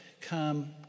come